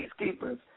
peacekeepers